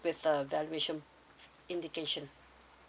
with the valuation indication